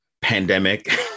pandemic